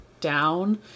down